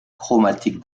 chromatique